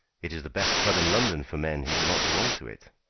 it is the best club in london for men who do not belong to it.